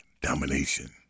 domination